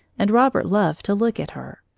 and robert loved to look at her.